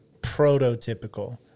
prototypical